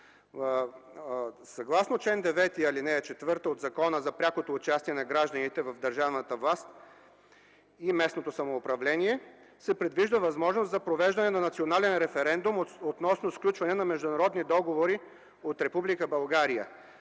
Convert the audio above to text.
Съгласно чл. 9, ал. 4 от Закона за прякото участие на гражданите в държавната власт и местното самоуправление се предвижда възможност за провеждане на национален референдум относно сключване на международни договори от